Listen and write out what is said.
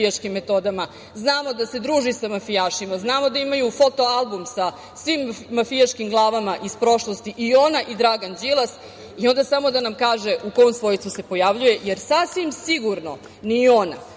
znamo da se druži sa mafijašima. Znamo da imaju foto-album sa svim mafijaškim glavama iz prošlosti, i ona i Dragan Đilas, i onda samo da nam kaže u kom svojstvu se pojavljuje, jer sasvim sigurno ni ona,